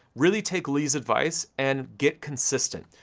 really take lee's advice and get consistent.